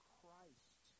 Christ